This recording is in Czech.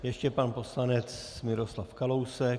Ještě pan poslanec Miroslav Kalousek.